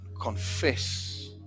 confess